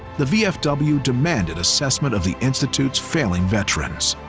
the vfw demanded assessment of the institutes failing veterans.